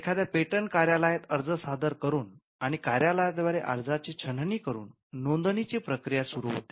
एखाद्या पेटंट कार्यालयात अर्ज सादर करून आणि कार्यालयाद्वारे अर्जांची छाननी करून नोंदणीची प्रक्रिया सुरू होते